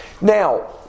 Now